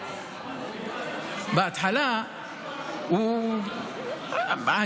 בהתחלה הוא אמר: מה,